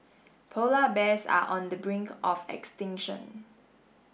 polar bears are on the brink of extinction